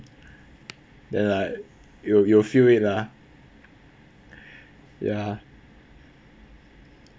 then like you you feel it lah ya